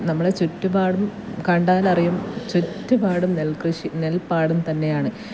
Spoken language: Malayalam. നമ്മളെ ചുറ്റുപാടും കണ്ടാലറിയും ചുറ്റുപാടും നെല്കൃഷി നെല്പ്പാടം തന്നെയാണ്